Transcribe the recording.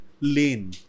lane